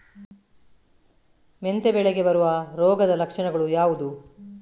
ಮೆಂತೆ ಬೆಳೆಗೆ ಬರುವ ರೋಗದ ಲಕ್ಷಣಗಳು ಯಾವುದು?